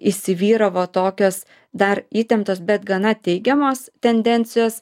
įsivyravo tokios dar įtemptos bet gana teigiamos tendencijos